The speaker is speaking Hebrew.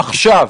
עכשיו,